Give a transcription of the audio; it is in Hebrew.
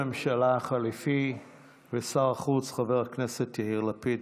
ראש הממשלה החליפי ושר החוץ חבר הכנסת יאיר לפיד,